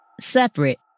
Separate